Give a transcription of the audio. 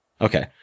Okay